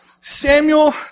Samuel